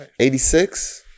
86